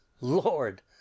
Lord